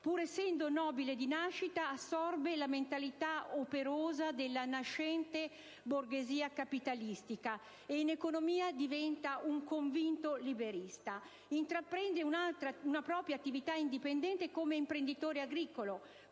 Pur essendo nobile di nascita, assorbe la mentalità operosa della nascente borghesia capitalistica e in economia diventa un convinto liberista. Intraprende una propria attività indipendente come imprenditore agricolo,